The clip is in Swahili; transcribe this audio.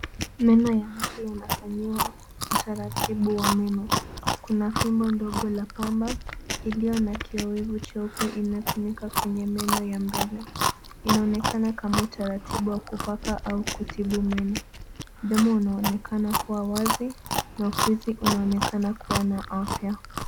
Meno ya mtu inafanyiwa utaratibu wa meno, Kuna fimbo ndogo la pamba iliyo na kioevu cheupe inatumika kwenye meno ya mbele, inaonekana kama utaratibu wa kupaka au kutibu meno. Mdomo unaonekana kuwa wazi na ufizi unaonekana kuwa na afya.